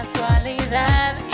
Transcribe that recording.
casualidad